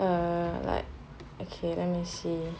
err like